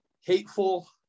hateful